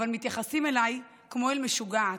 אבל מתייחסים אלי כמו אל משוגעת,